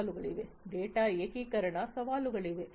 data ಏಕೀಕರಣ ಸವಾಲುಗಳಿವೆ